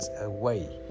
away